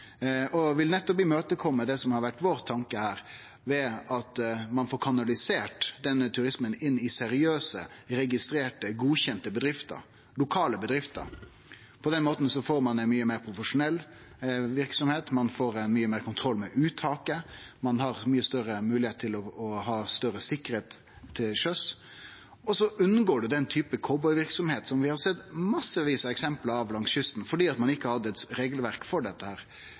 og vil nettopp imøtekome det som har vore vår tanke, ved at ein får kanalisert denne turismen inn i seriøse, registrerte, godkjende bedrifter – lokale bedrifter. På den måten får ein ei mykje meir profesjonell verksemd, ein får mykje meir kontroll med uttaket, ein har mykje større moglegheit til å ha betre sikkerheit til sjøs. Og så unngår ein den typen cowboy-verksemd som vi har sett massevis av eksempel på langs kysten ? fordi ein ikkje hadde eit regelverk for dette